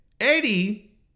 eddie